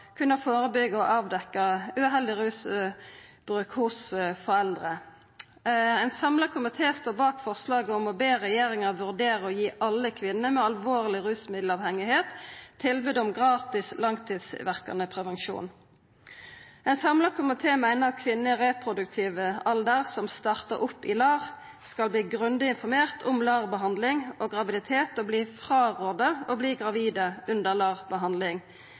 kunna førebyggja og avdekkja uheldig rusbruk hos foreldre. Ein samla komité står bak forslaget om å be regjeringa vurdera å gi alle kvinner som er alvorleg rusmiddelavhengige, tilbod om gratis langtidsverkande prevensjon. Ein samla komité meiner at kvinner i reproduktiv alder som startar opp i LAR, skal verta grundig informerte om LAR-behandling og graviditet og åtvara mot å verta gravide under